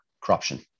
corruption